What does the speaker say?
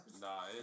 Nah